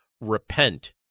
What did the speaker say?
Repent